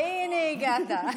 הינה, הגעת.